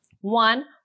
One